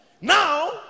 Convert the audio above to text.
Now